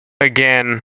again